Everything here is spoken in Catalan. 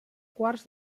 quarts